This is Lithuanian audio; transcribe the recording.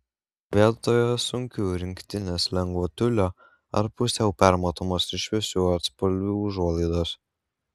vietoje sunkių rinkitės lengvo tiulio ar pusiau permatomas ir šviesių atspalvių užuolaidas